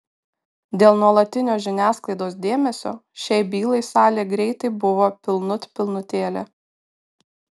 dėl nuolatinio žiniasklaidos dėmesio šiai bylai salė greitai buvo pilnut pilnutėlė